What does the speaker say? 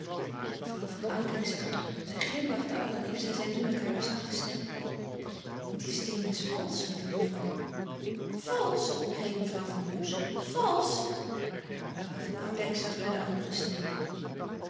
mevrouw van oudijck zag toe zij glimlachte allerliefst en zei toen met hare zachte stem die steen is valsch lieve mevrouw valsch kreet mevrouw van does valsch evrouw an udijck zag naar de andere steenen